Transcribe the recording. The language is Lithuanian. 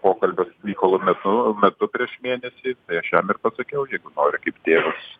pokalbio su mykolu metu metu prieš mėnesį aš jam ir pasakiau jeigu nori kaip tėvas